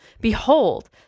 behold